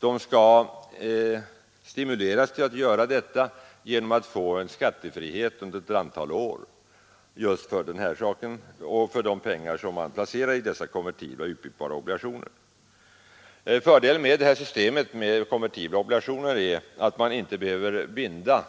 De skall stimuleras till att göra detta genom att få en skattefrihet under ett antal år just för de pengar som man placerar i konvertibla obligationer. Fördelen med systemet med konvertibla obligationer är att man inte behöver binda